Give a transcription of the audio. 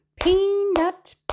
peanut